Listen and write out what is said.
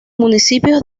municipios